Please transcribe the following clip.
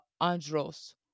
Andros